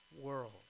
world